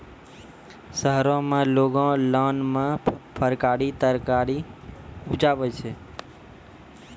शहरो में लोगों लान मे फरकारी तरकारी उपजाबै छै